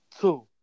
two